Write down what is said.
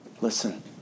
Listen